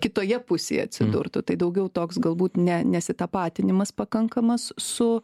kitoje pusėje atsidurtų tai daugiau toks galbūt ne nesitapatinimas pakankamas su